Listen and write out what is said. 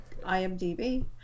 IMDb